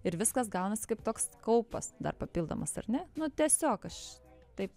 ir viskas gaunasi kaip toks kaupas dar papildomas ar ne nu tiesiog aš taip